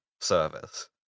service